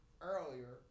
earlier